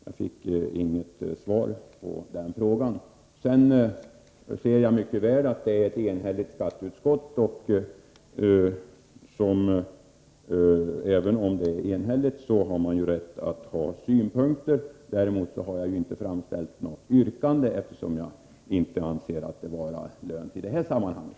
Jag fick inget svar på den frågan. Jag ser mycket väl att det är ett enhälligt skatteutskott som avstyrkt motionen, men även om utskottet är enhälligt har man ju rätt att anföra synpunkter. Däremot har jag inte framställt något yrkande, eftersom jag inte anser det vara lönt i det här sammanhanget.